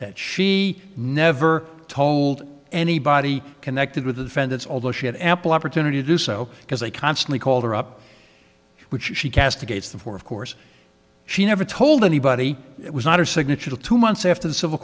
that she never told anybody connected with the defendants although she had ample opportunity to do so because they constantly called her up when she castigates them for of course she never told anybody it was not her signature two months after the civil